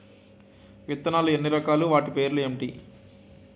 విత్తనాలు ఎన్ని రకాలు, వాటి పేర్లు ఏంటి?